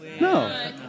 No